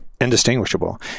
indistinguishable